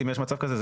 אם יש מצב כזה,